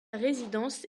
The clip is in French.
résidence